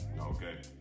Okay